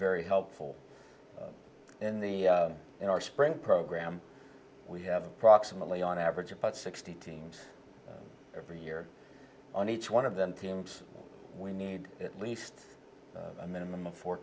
very helpful in the in our spring program we have approximately on average about sixty teams every year on each one of them teams we need at least a minimum of four